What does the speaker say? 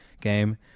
game